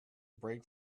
brake